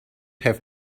have